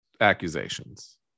accusations